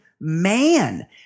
man